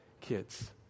kids